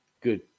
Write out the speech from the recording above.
good